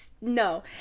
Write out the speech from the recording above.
no